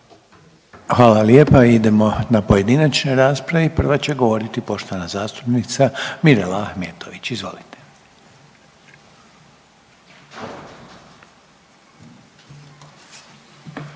Hvala lijepa. Idemo na pojedinačne rasprave i prva će govoriti poštovana zastupnica Mirela Ahmetović. Izvolite.